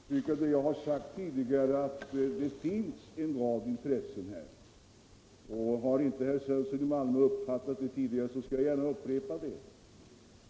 Herr talman! Jag vill understryka vad jag sagt tidigare, nämligen att det finns en rad intressen här. Har inte herr Svensson i Malmö uppfattat det tidigare, skall jag gärna upprepa det.